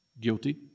Guilty